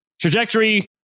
trajectory